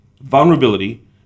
Vulnerability